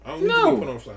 No